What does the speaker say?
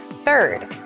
Third